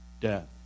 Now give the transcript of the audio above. death